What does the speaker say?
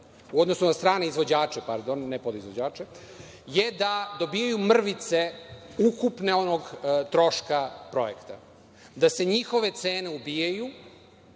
u odnosu na strane izvođače, pardon, ne podizvođače, je da dobijaju mrvice ukupnog troška projekta, da se njihove cene ubijaju,